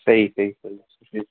صحیح صحیح صحیح سُہ چھُ